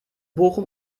bochum